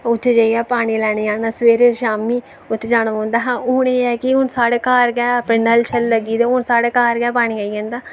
उत्थै जेइयै पानी लैने गी जाना सबेरे शामी उत्थै जाना पौंदा हा हुन एह् है कि साढे़ घर गै नल शल लग्गी गेदे ते साढे़ घर गै पानी आई जंदा